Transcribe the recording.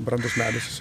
brandus medis